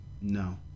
No